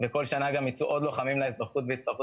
וכל שנה יצאו עוד לוחמים לאזרחות ויצטרכו